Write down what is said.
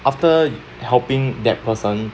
after helping that person